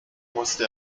musste